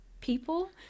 people